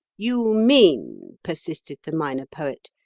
you mean, persisted the minor poet,